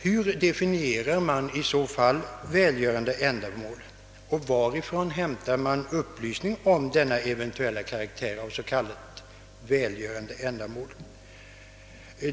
Hur definierar man välgörande ändamål, och varifrån hämtar man upplysning om denna eventuella karaktär av välgörenhet?